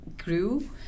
grew